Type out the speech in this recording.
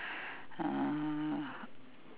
uh